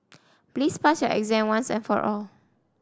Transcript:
please pass your exam once and for all